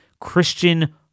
Christian